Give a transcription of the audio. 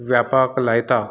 व्यापाक लायता